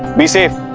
be safe.